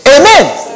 Amen